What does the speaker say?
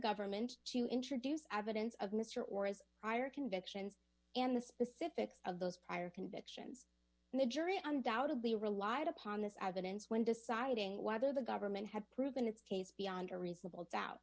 government to introduce evidence of mr or as prior convictions and the specifics of those prior convictions and the jury undoubtedly relied upon this evidence when deciding whether the government had proven its case beyond a reasonable doubt